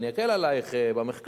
אני אקל עלייך במחקר,